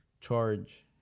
charge